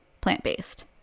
plant-based